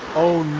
oh, no.